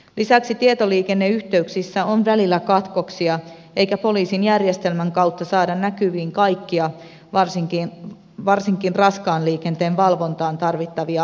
lisäksi tietoliikenneyhteyksissä on välillä katkoksia eikä poliisin järjestelmän kautta saada näkyviin kaikkia varsinkaan raskaan liikenteen valvontaan tarvittavia ajoneuvon tietoja